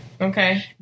Okay